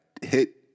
hit